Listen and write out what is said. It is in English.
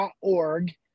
org